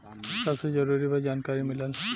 सबसे जरूरी बा जानकारी मिलल